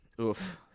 Oof